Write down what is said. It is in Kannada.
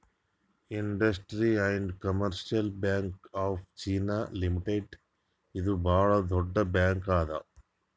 industrial and commercial bank of China limited ಇದು ಭಾಳ್ ದೊಡ್ಡ ಬ್ಯಾಂಕ್ ಅದಾ